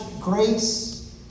grace